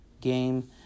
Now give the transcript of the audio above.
game